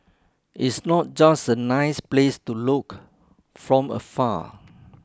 it's not just a nice place to look from afar